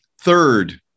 third